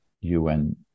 UN